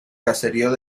caserío